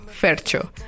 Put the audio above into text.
Fercho